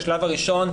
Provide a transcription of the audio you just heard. השלב הראשון,